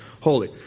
holy